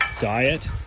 diet